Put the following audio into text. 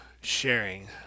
sharing